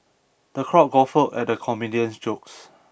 the crowd guffawed at the comedian's jokes